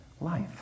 life